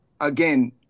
again